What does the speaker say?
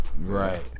Right